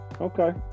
Okay